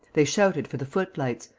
they shouted for the footlights,